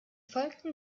folgten